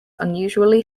unusually